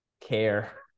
care